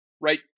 right